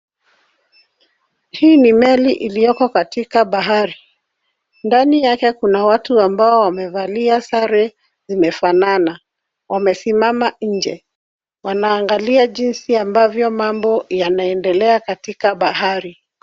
Hii ni meli iliyoko katika bahari. Ndani yake kuna watu ambao wamevalia sare zimefanana. Wamesimama nje. Wanaangalia jinsi ambavyo mambo yanaendelea katika bahari.